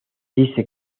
dice